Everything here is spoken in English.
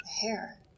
Hair